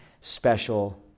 special